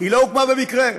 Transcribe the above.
לא הוקמה במקרה,